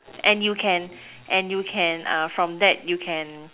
and you can and you can uh from that you can